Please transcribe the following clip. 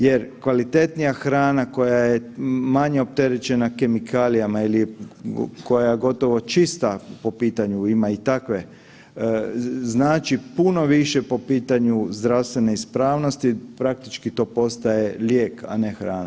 Jer kvalitetnija hrana koja je manje opterećena kemikalijama ili je, koja je gotovo čista po pitanju, ima i takve, znači puno više po pitanju zdravstvene ispravnosti, praktički to postaje lijek, a ne hrana.